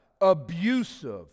abusive